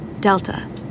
Delta